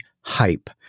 hype